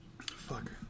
Fuck